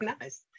nice